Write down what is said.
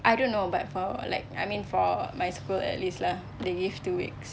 I don't know but for like I mean for my school at least lah they give two weeks